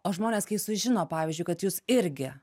o žmonės kai sužino pavyzdžiui kad jūs irgi